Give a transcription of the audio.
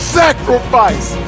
sacrifice